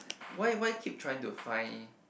why why keep trying to find